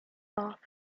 off